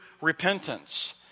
repentance